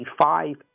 five